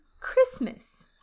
Christmas